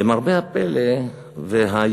למרבה הפלא והיופי